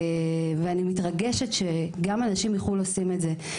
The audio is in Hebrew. ואני מתרגשת שגם אנשים מחו"ל עושים את זה,